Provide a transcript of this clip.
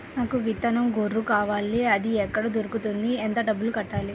నాకు విత్తనం గొర్రు కావాలి? అది ఎక్కడ దొరుకుతుంది? ఎంత డబ్బులు కట్టాలి?